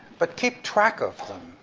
but keep track of them,